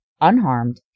unharmed